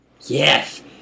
Yes